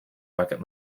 rocket